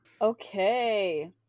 Okay